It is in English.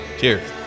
Cheers